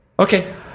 Okay